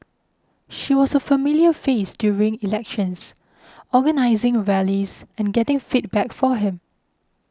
she was a familiar face during elections organising rallies and getting feedback for him